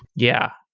yeah,